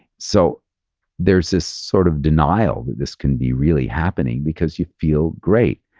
so there's this sort of denial that this can be really happening because you feel great.